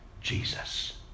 Jesus